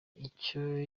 icyo